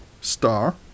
star